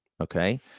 okay